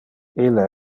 ille